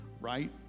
right